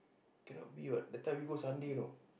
cannot be what that time we go Sunday you know